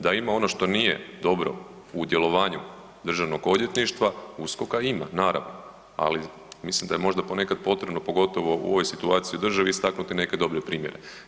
Da ima ono što nije dobro u djelovanju državnog odvjetništva, USKOK-a ima naravno, ali mislim da je možda ponekad potrebno pogotovo u ovoj situaciji u državi istaknuti neke dobre primjere.